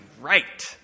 right